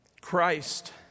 Christ